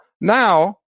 now